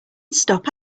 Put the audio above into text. stop